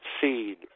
seed